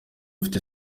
ufite